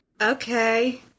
Okay